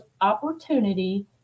opportunity